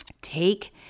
Take